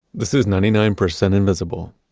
this is ninety nine percent invisible.